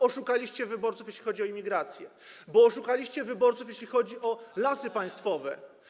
Oszukaliście wyborców, jeśli chodzi o imigrację, oszukaliście wyborców, jeśli chodzi o Lasy Państwowe.